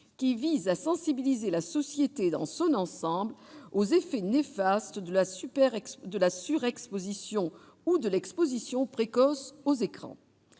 qui vise à sensibiliser la société dans son ensemble aux effets néfastes de la surexposition ou de l'exposition précoce aux écrans.